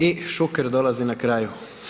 I Šuker dolazi na kraju.